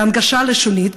בהנגשה לשונית,